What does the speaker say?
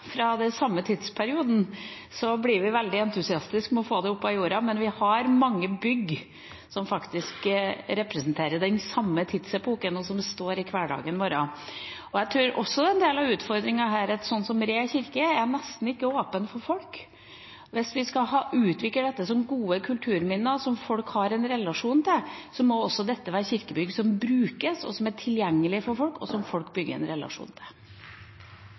fra den samme tidsperioden, så blir vi veldig entusiastiske med hensyn til å få det opp av jorda, men vi har mange bygg som faktisk representerer den samme tidsepoken, og som står i hverdagen vår. Jeg tror også at en del av utfordringen her, er at kirker som Re kirke nesten ikke er åpne for folk. Hvis vi skal utvikle disse som gode kulturminner, som folk har en relasjon til, må også dette være kirkebygg som brukes, og som er tilgjengelige for folk, og som folk bygger en relasjon til.